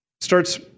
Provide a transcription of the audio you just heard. starts